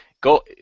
Go